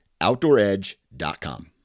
OutdoorEdge.com